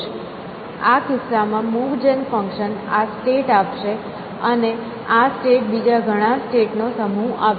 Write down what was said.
આ કિસ્સામાં move gen function આ સ્ટેટ આપશે અને આ સ્ટેટ બીજા ઘણા સ્ટેટ નો સમૂહ આપશે